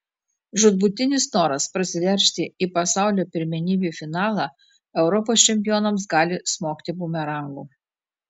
žūtbūtinis noras prasiveržti į pasaulio pirmenybių finalą europos čempionams gali smogti bumerangu